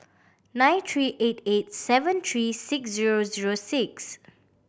nine three eight eight seven three six zero zero six